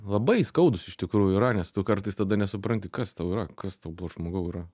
labai skaudūs iš tikrųjų yra nes tu kartais tada nesupranti kas tau yra kas tau buvo žmogau yra